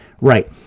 Right